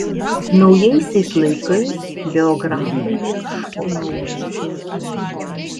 naujaisiais laikais biografai ieško naujų tiesų